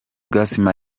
gassama